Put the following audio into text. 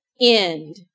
end